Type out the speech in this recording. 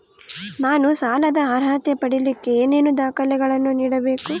ನಾನು ಸಾಲದ ಅರ್ಹತೆ ಪಡಿಲಿಕ್ಕೆ ಏನೇನು ದಾಖಲೆಗಳನ್ನ ನೇಡಬೇಕು?